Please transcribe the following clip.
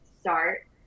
start